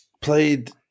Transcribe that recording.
Played